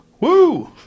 Woo